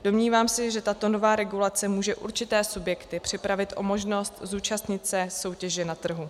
Domnívám se, že tato nová regulace může určité subjekty připravit o možnost zúčastnit se soutěže na trhu.